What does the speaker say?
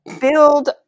build